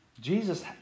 Jesus